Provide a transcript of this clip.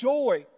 Joy